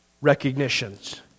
recognitions